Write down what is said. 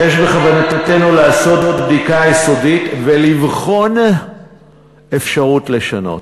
יש בכוונתנו לעשות בדיקה יסודית ולבחון אפשרות לשנות,